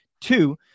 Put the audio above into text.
Two